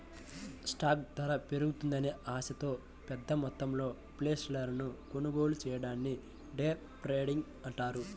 stock ధర పెరుగుతుందనే ఆశతో పెద్దమొత్తంలో షేర్లను కొనుగోలు చెయ్యడాన్ని డే ట్రేడింగ్ అంటారు